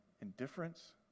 indifference